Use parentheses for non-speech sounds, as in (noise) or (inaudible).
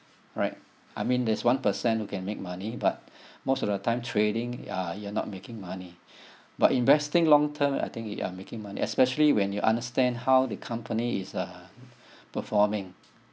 right I mean there's one percent who can make money but (breath) most of the time trading ya you're not making money (breath) but investing long term I think you are making money especially when you understand how the company is uh performing